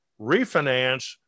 refinance